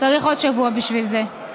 צריך עוד שבוע בשביל זה.